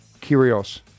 Curios